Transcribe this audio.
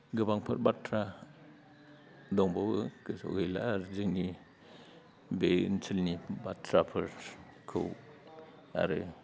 गोबांफोर बाथ्रा दंबावो गोसोआव गैला आरो जोंनि बे ओनसोलनि बाथ्राफोरखौ आरो